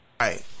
Right